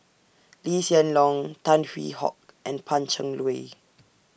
Lee Hsien Loong Tan Hwee Hock and Pan Cheng Lui